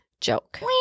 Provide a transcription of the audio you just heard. joke